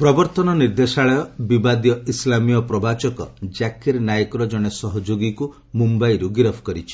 ପ୍ରବର୍ତ୍ତନ ନିର୍ଦ୍ଦେଶାଳୟ ବିବାଦୀୟ ଇସ୍ଲାମୀୟ ପ୍ରବାଚକ ଜାକିର ନାଏକର ଜଣେ ସହଯୋଗୀକୁ ମୁମ୍ଭାଇରୁ ଗିରଫ କରିଛି